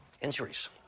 Injuries